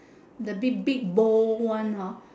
the big big bowl one hor